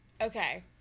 Okay